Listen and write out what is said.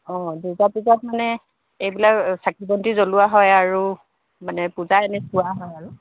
অঁ দুৰ্গাপূজাত মানে এইবিলাক চাকি বন্তি জ্বলোৱা হয় আৰু মানে পূজা এনেই চোৱা হয় আৰু